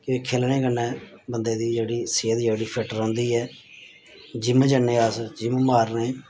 कि खेलने कन्नै बंदे दी जेह्ड़ी सेह्त जेह्ड़ी फिट रौंह्दी ऐ जिम जन्ने अस जिम मारने